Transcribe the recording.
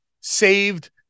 saved